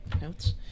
notes